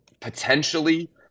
potentially